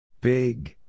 Big